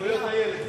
זכויות הילד.